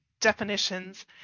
definitions